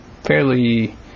fairly